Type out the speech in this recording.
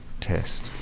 test